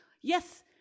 Yes